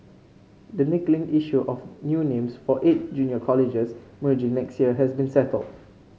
the niggling issue of new names for eight junior colleges merging next year has been settled